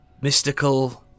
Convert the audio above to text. mystical